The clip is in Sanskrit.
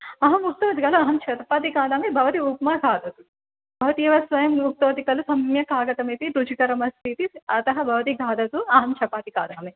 अहम् उक्तवती खलु अहं चपाति खादामि भवती उप्मा खादतु भवती एव स्वयम् उक्तवती खलु सम्यक् आगतम् इति रुचिकरम् अस्ति इति अतः भवती खादतु अहं चपाति खादामि